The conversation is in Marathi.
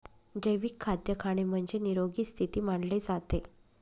जैविक खाद्य खाणे म्हणजे, निरोगी स्थिती मानले जाते